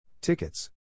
Tickets